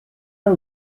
are